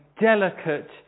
delicate